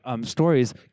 stories